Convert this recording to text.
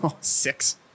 Six